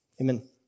Amen